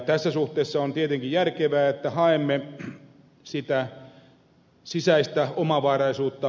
tässä suhteessa on tietenkin järkevää että haemme sitä sisäistä omavaraisuutta